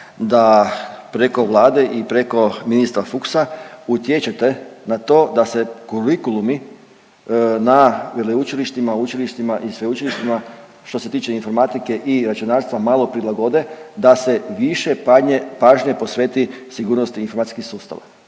da preko Vlade i preko ministra Fuchsa utječete na to da se kurikulumi na veleučilištima, učilištima i sveučilištima što se tiče informatike i računarstva malo prilagode, da se više pažnje posveti sigurnosti informacijskih sustava.